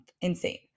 Insane